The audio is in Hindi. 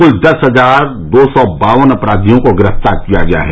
कुल दस हजार दो सौ बावन अपराधियों को गिरफ्तार किया गया है